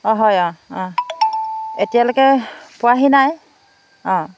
অঁ হয় অঁ অঁ এতিয়ালৈকে পোৱাহি নাই অঁ